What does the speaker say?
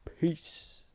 peace